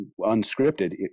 unscripted